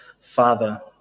Father